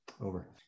Over